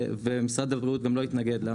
ומשרד הבריאות גם לא התנגד לה.